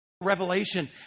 Revelation